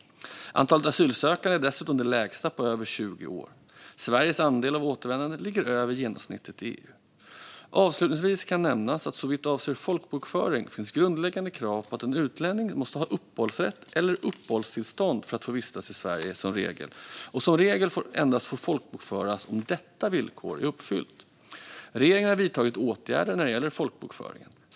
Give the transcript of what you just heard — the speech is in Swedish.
Antalet asylsökande är dessutom det lägsta på över 20 år. Sveriges andel av återvändande ligger över genomsnittet i EU. Avslutningsvis kan nämnas att såvitt avser folkbokföring finns det grundläggande krav på att en utlänning måste ha uppehållsrätt eller uppehållstillstånd för att få vistas i Sverige, och man får som regel folkbokföras endast om detta villkor är uppfyllt. Regeringen har vidtagit åtgärder när det gäller folkbokföring.